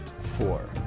four